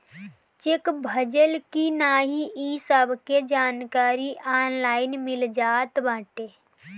check भजल की नाही इ सबके जानकारी ऑनलाइन मिल जात बाटे